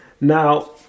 Now